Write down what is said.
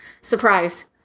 surprise